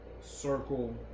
circle